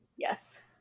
Yes